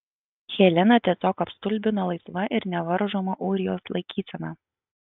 heleną tiesiog apstulbino laisva ir nevaržoma ūrijos laikysena